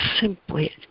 simply